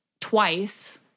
twice